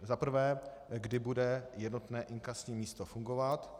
Za prvé: Kdy bude jednotné inkasní místo fungovat?